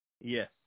Yes